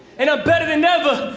and i'm better than ever.